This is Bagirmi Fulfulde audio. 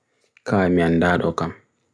ka mian dad okam